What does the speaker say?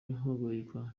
y’ihagarikwa